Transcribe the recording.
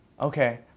Okay